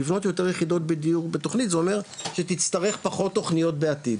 לבנות יותר יחידות דיור בתוכנית זה אומר שתצטרך פחות תוכניות בעתיד.